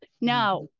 now